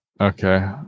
Okay